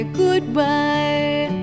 goodbye